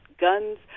guns